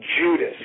Judas